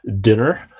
dinner